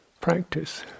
practice